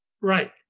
right